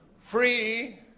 Free